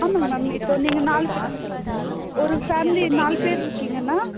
ஆமாம்ங்க மேம் இப்போ நீங்கள் நாலு பே ஒரு ஃபேமிலி நாலு பேர் இருக்கீங்கன்னா